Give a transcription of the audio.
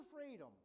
freedom